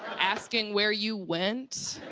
asking where you went.